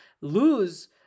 lose